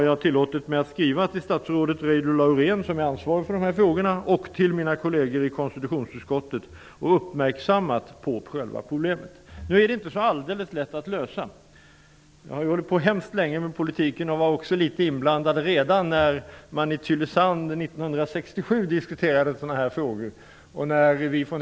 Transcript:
Jag har skrivit till statsrådet Laurén som är ansvarig för dessa frågor och till mina kolleger i konstitutionsutskottet för att uppmärksamma på problemet. Det är nu inte så alldeles lätt att lösa detta problem. Jag har hållit på mycket länge med politik. Jag var också inblandad redan när man i Tylösand 1967 diskuterade frågor av den här typen.